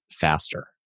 faster